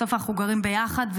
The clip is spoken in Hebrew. בסוף אנחנו גרים ביחד,